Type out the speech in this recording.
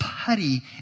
Putty